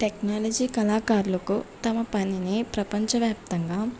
technology కళాకారులకు తమ పనిని ప్రపంచవ్యాప్తంగా